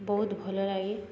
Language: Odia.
ବହୁତ ଭଲ ଲାଗେ